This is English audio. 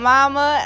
Mama